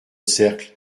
cercle